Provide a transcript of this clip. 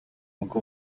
uko